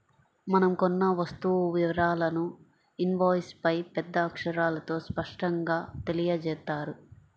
మనం కొన్న వస్తువు వివరాలను ఇన్వాయిస్పై పెద్ద అక్షరాలతో స్పష్టంగా తెలియజేత్తారు